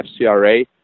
FCRA